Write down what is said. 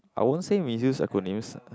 I won't say misuse acronyms